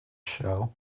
show